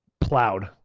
plowed